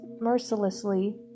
mercilessly